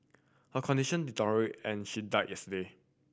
her condition deteriorated and she died yesterday